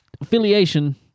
affiliation